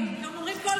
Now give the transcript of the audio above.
כן, בבקשה.